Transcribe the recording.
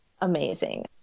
amazing